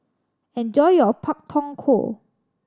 enjoy your Pak Thong Ko